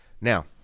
Now